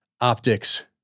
optics